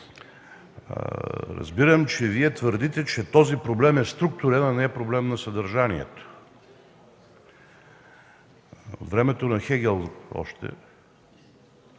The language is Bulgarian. разбирам, че Вие твърдите, че този проблем е структурен, а не е проблем на съдържанието. Още от времето на Хегел